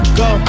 go